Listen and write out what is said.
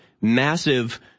Massive